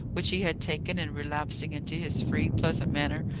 which he had taken, and relapsing into his free, pleasant manner,